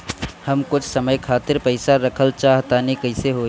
हम कुछ समय खातिर पईसा रखल चाह तानि कइसे होई?